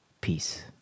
Peace